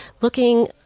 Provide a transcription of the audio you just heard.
Looking